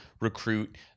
recruit